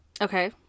Okay